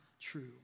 true